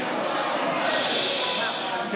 שבו בבקשה.